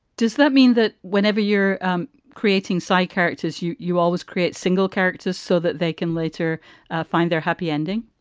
does that mean that whenever you're creating side characters, you you always create single characters so that they can later find their happy ending?